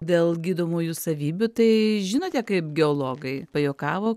dėl gydomųjų savybių tai žinote kaip geologai pajuokavo